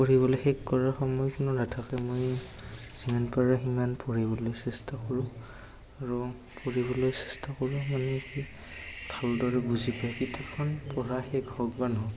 পঢ়িবলৈ শেষ কৰাৰ সময় কোনো নাথাকে মই যিমান পাৰো সিমান পঢ়িবলৈ চেষ্টা কৰোঁ আৰু পঢ়িবলৈ চেষ্টা কৰোঁ মানে কি ভালদৰে বুজি পায় কিতাপখন পঢ়া শেষ হওক বা নহওক